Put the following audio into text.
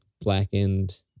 blackened